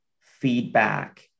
feedback